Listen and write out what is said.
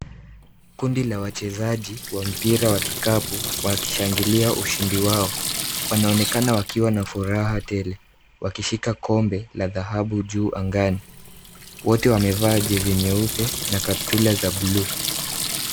Kundi la wachezaji wa mpira wa kikapu wakishangilia ushindi wao. Wanaonekana wakiwa na furaha tele wakishika kombe la thahabu juu angani. Wote wamevaa jezi nyeupe na kaptura za blue .